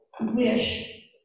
wish